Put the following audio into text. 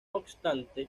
obstante